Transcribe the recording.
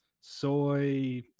soy